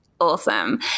awesome